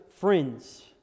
friends